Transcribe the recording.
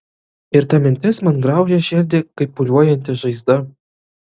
ir ta mintis man graužia širdį kaip pūliuojanti žaizda